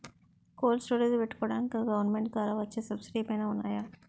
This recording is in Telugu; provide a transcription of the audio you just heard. కోల్డ్ స్టోరేజ్ పెట్టుకోడానికి గవర్నమెంట్ ద్వారా వచ్చే సబ్సిడీ ఏమైనా ఉన్నాయా?